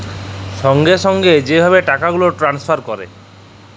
সঙ্গে সঙ্গে যে ভাবে টাকা গুলাল টেলেসফার ক্যরে